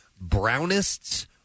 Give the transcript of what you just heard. brownists